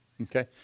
Okay